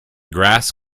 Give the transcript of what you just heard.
grass